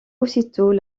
aussitôt